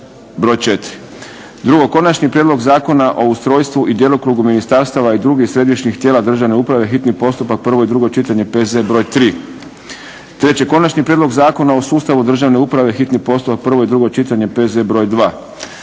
P.Z. br. 4 1. Konačni prijedlog Zakona o ustrojstvu i djelokrugu ministarstava i drugih središnjih tijela državne uprave, hitni postupak, prvo i drugo čitanje, P.Z. br. 3 1. Konačni prijedlog Zakona o sustavu državne uprave, hitni postupak, prvo i drugo čitanje, P.Z. br. 2 1.